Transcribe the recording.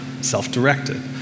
self-directed